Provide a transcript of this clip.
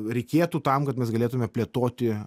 reikėtų tam kad mes galėtume plėtoti